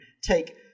take